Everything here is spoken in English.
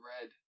red